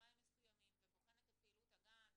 בוחנת את פעילות הגן,